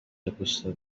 gusa